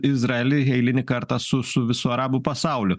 izraelį eilinį kartą su su visu arabų pasauliu